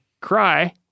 cry